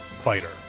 Fighter